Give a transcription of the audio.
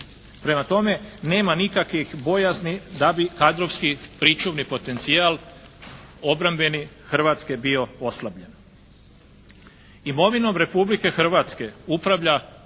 Prema tome, nema nikakvih bojazni da bi kadrovski pričuvni potencijal obrambeni Hrvatske bio oslabljen. Imovinom Republike Hrvatske upravlja